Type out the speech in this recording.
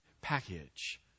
package